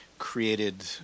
created